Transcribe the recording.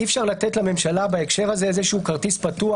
אי אפשר לתת לממשלה בהקשר הזה איזשהו כרטיס פתוח.